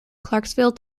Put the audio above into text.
clarksville